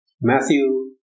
Matthew